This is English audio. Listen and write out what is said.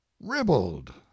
ribald